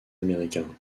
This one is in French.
américains